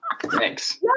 thanks